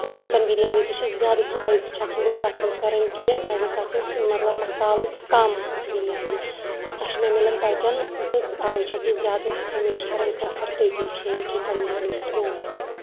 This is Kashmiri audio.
تہٕ چِکَن بِریانی تہِ چھِ زیادٕ سٕپایسی چھَس نہٕ بہٕ پَسنٛد کَران کیٚنٛہہ مےٚ گَژھِ آسُن سُہ مطلب مصالہٕ کَم بِریانی تہٕ سۄ چھِ مےٚ مِلان تَتٮ۪ن تہٕ اَوَے چھَس بہٕ زیادٕ ہمیشہِ کَران پرٛٮ۪فَر تٔتی کھیٚنۍ چِکَن بِریانی تہِ تہٕ موموز تہِ